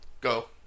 go